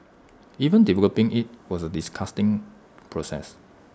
even developing IT was A disgusting process